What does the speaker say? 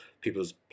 people's